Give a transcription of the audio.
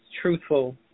truthful –